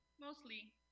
mostly